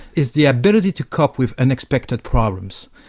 it's the ability to cope with unexpected problems,